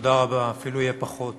תודה רבה, אפילו יהיה פחות.